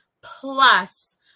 plus